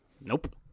Nope